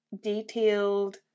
detailed